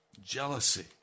jealousy